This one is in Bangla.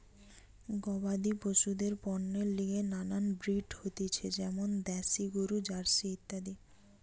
গবাদি পশুদের পণ্যের লিগে নানান ব্রিড হতিছে যেমন দ্যাশি গরু, জার্সি ইত্যাদি